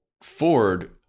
Ford